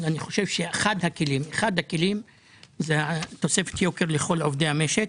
אבל אני חושב שאחד הכלים זה תוספת יוקר לכל עובדי המשק.